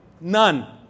none